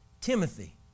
Timothy